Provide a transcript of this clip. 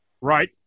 right